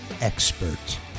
expert